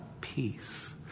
peace